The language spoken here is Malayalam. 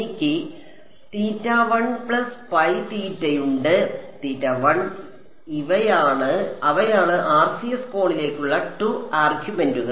എനിക്ക് തീറ്റയുണ്ട് അവയാണ് RCS കോണിലേക്കുള്ള 2 ആർഗ്യുമെന്റുകൾ